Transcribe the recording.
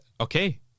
okay